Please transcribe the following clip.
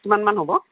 কিমান মান হ'ব